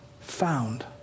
found